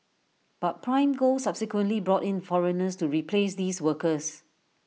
but prime gold subsequently brought in foreigners to replace these workers